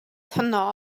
honno